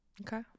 Okay